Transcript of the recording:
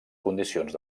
condicions